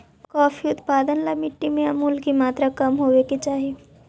coffee उत्पादन ला मिट्टी में अमूल की मात्रा कम होवे के चाही